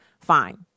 fine